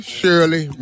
Shirley